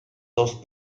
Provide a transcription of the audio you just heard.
dos